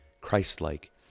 Christ-like